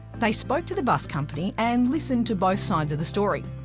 they spoke to the bus company and listened to both sides of the story.